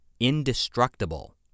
indestructible